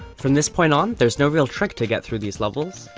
from this point on, there is no real trick to get through these levels.